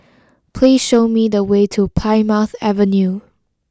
please show me the way to Plymouth Avenue